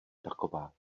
taková